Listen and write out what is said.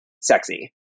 sexy